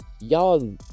y'all